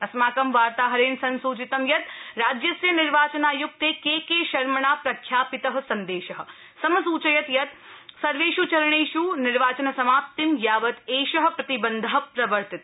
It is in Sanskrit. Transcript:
अस्माकं वार्ताहरेण संसुचितं यत् राज्यस्य निर्वाचनाय्क्ते केके शर्मणा प्रख्यापित सन्देश समसूचयत् यत् सर्वेष् चरणेष् निर्वाचन समाप्ति यावत् एष प्रतिबन्ध प्रवर्तित